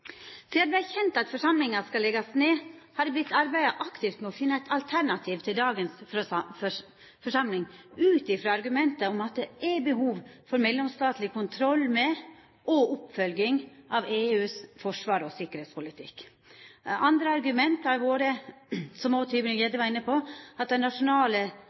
det vart kjent at forsamlinga skal leggjast ned, har det vorte arbeidd aktivt med å finna eit alternativ til dagens forsamling ut frå argumentet om at det er behov for mellomstatleg kontroll med og oppfølging av EUs forsvars- og sikkerheitspolitikk. Andre argument har vore – som òg Tybring-Gjedde var inne på – at dei nasjonale